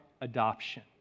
adoption